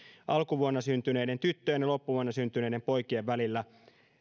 alkuvuonna syntyneiden tyttöjen ja loppuvuonna syntyneiden poikien välillä